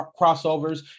crossovers